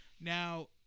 Now